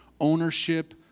Ownership